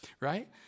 right